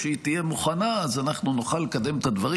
כשהיא תהיה מוכנה אז נוכל לקדם את הדברים.